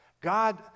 God